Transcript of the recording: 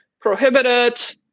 prohibited